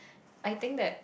I think that